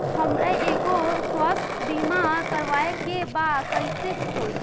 हमरा एगो स्वास्थ्य बीमा करवाए के बा कइसे होई?